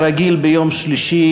כרגיל ביום שלישי,